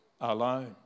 alone